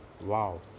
Wow